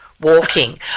Walking